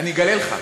אגלה לך: